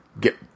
get